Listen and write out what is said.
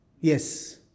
Yes